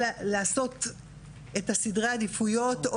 אלא לעשות את סדרי העדיפויות,